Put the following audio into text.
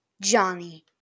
Johnny